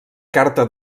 carta